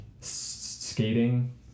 skating